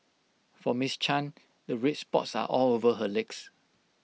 for miss chan the red spots are all over her legs